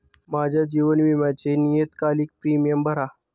माझ्या जीवन विम्याचे नियतकालिक प्रीमियम भरा